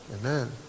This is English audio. Amen